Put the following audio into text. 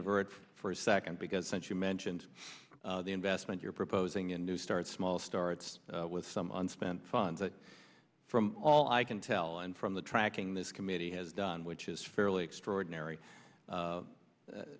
divert for a second because sense you mentioned the investment you're proposing a new start small starts with some unspent funds from all i can tell and from the tracking this committee has done which is fairly extraordinary